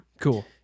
Cool